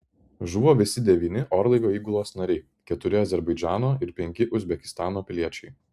žuvo visi devyni orlaivio įgulos nariai keturi azerbaidžano ir penki uzbekistano piliečiai